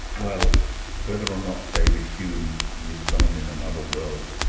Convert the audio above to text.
well whether or not david hume lives on in another world,